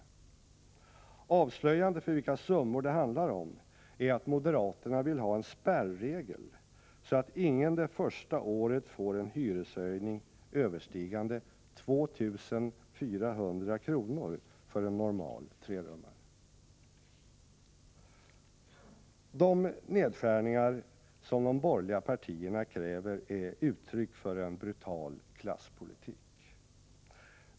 Avslöjande för vilka summor det handlar om är att moderaterna vill ha en spärregel så att ingen det första året får en hyreshöjning överstigande 2 400 kr. för en normal trerummare. De nedskärningar som de borgerliga partierna kräver är uttryck för en brutal klasspolitik.